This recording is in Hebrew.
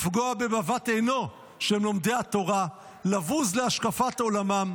לפגוע בבבת עינו, לומדי התורה, לבוז להשקפת עולמם,